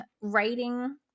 writing